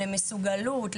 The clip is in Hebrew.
למסוגלות,